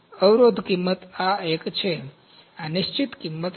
અવરોધ કિમત આ એક છે આ નિશ્ચિત કિંમત છે